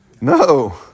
No